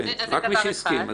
רק מי שהסכים.